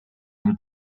nel